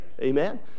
Amen